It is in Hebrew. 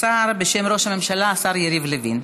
בשם ראש הממשלה, השר יריב לוין.